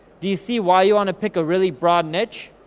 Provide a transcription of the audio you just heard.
do you see why you wanna pick a really broad niche?